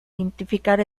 identificar